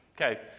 Okay